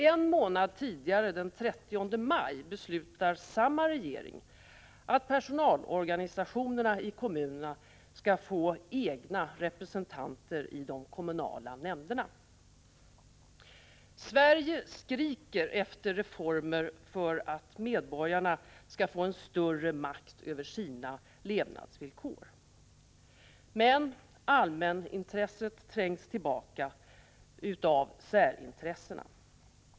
En månad tidigare, den 30 maj, beslutar samma regering att personalorganisationerna i kommunerna skall få egna representanter i de kommunala nämnderna. Sverige skriker efter reformer för att medborgarna skall få större makt över sina livsvillkor. Men allmänintressena trängs tillbaka av särintressena.